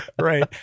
Right